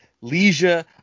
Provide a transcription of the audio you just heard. Leisure